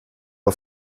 mal